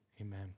amen